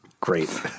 Great